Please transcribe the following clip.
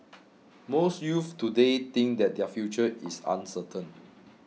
most youths today think that their future is uncertain